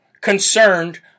concerned